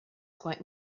quite